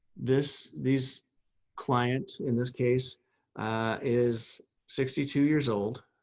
this these clients in this case is sixty two years old.